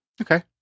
Okay